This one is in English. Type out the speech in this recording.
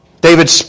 David